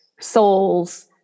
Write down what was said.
souls